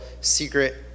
secret